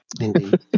indeed